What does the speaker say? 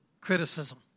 criticism